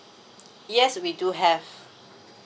yes we do have